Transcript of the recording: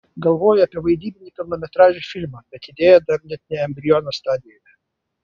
galvoju apie vaidybinį pilnametražį filmą bet idėja dar net ne embriono stadijoje